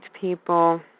people